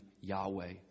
Yahweh